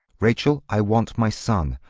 rachel, i want my son.